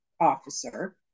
officer